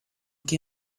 che